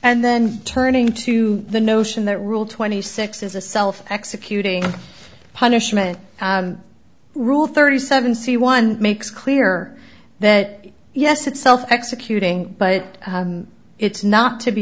and then turning to the notion that rule twenty six is a self executing punishment rule thirty seven c one makes clear that yes itself executing but it's not to be